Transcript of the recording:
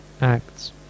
acts